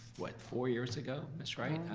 what, four years ago, ms. wright?